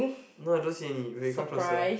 no I don't see any wait come closer